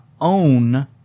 own